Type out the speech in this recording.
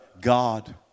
God